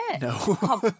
No